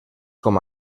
com